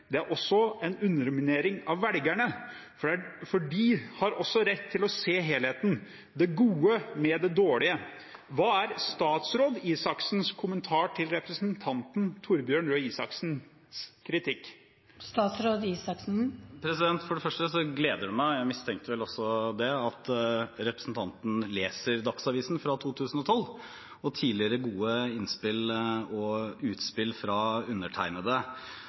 Det er også en underminering av velgerne, for de har også rett til å få se helheten, det gode med det dårlige.» Hva er statsråd Røe Isaksens kommentar til tidligere stortingsrepresentant Torbjørn Røe Isaksens kritikk? For det første gleder det meg – jeg mistenkte det vel også – at representanten leser Dagsavisen fra 2012 og tidligere gode innspill og utspill fra undertegnede.